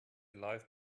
life